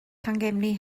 llangefni